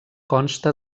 consta